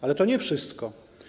Ale to nie wszystko.